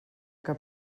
que